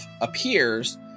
appears